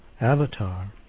avatar